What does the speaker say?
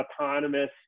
autonomous